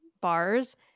bars